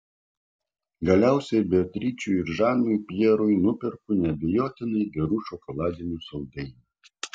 galiausiai beatričei ir žanui pjerui nuperku neabejotinai gerų šokoladinių saldainių